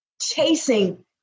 chasing